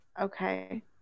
Okay